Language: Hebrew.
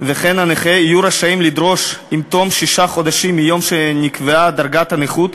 וכן הנכה יהיו רשאים לדרוש עם תום שישה חודשים מיום שנקבעה דרגת הנכות,